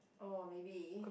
orh maybe